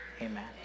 amen